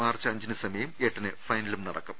March അഞ്ചിന് സെമിയും എട്ടിന് ഫൈനലും നടക്കും